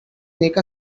make